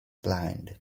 blind